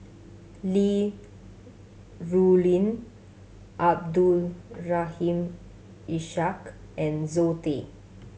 Li Rulin Abdul Rahim Ishak and Zoe Tay